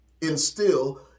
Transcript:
instill